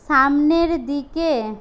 সামনের দিকে